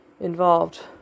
involved